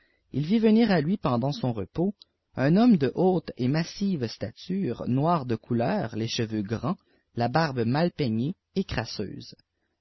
il vit venir à lui pendant son repos un homme de haute et massive stature noir de couleur les cheveux grands la barbe mal peignée et crasseuse